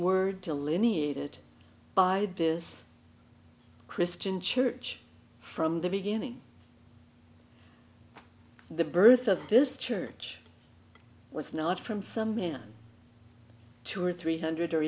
word delineated by this christian church from the beginning the birth of this church was not from some man two or three hundred or